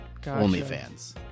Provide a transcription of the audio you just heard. OnlyFans